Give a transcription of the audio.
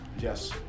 yes